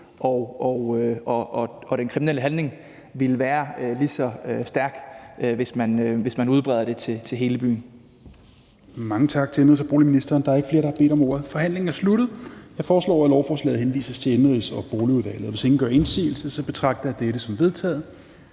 og den kriminelle handling ville være lige så stærk, hvis man udbreder det til hele byen.